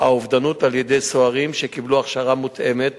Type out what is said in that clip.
אובדנות על-ידי סוהרים שקיבלו הכשרה מותאמת